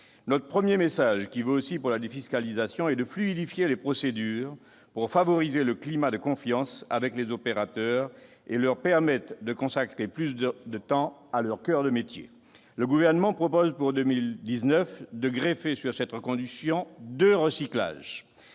Notre premier message, qui vaut aussi pour la défiscalisation, porte sur la nécessité de fluidifier les procédures pour favoriser le climat de confiance avec les opérateurs et leur permettre de consacrer plus de temps à leur coeur de métier. Ensuite, le Gouvernement propose, pour 2019, de greffer sur cette reconduction deux recyclages,